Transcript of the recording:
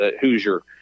Hoosier